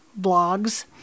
blogs